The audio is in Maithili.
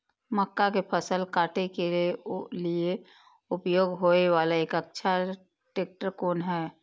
मक्का के फसल काटय के लिए उपयोग होय वाला एक अच्छा ट्रैक्टर कोन हय?